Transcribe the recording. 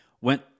went